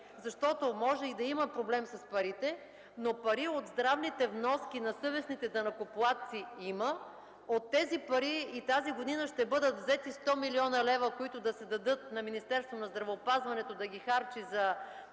пари. Може и да има проблем с парите, но пари от здравните вноски на съвестните данъкоплатци има. От тези пари и тази година ще бъдат взети 100 млн. лв., които ще се дадат на Министерство на здравеопазването да ги харчи за